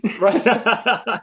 Right